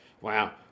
wow